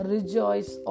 Rejoice